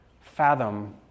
fathom